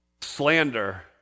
Slander